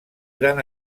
gran